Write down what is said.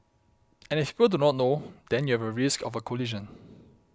and if people do not know then you have a risk of a collision